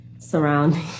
surrounding